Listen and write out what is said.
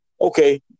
Okay